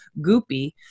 goopy